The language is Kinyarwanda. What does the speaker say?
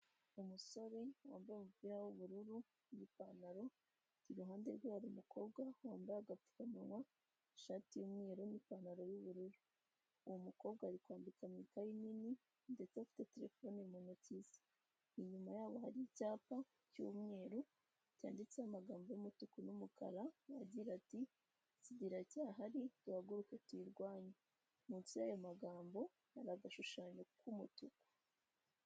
Umusore wambaye umupira w'ubururu n'ipantalo, iruhande rwe hari mu umukobwa wambaye agapfukamunwa, ishati y'umweru n'ipantalo y'ubururu; uwo mukobwa ari kwanbika mu ikaye nini ndetse afite telefone mu ntoki ze, inyuma yabo hari icyapa cy'umweru cyanditseho amagambo y'umutuku n'umukara agira ati "sida iracyahari duhaguruke tuyirwanye", munsi y'ayo magambo hari agashushanyo k'umutuku.